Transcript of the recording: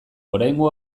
oraingo